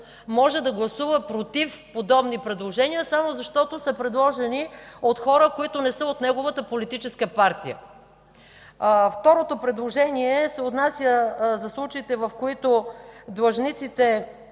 може да гласува против подобни предложения, само защото са предложени от хора, които не са от неговата политическа партия. Второто предложение се отнася за случаите, в които длъжниците